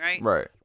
right